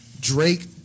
Drake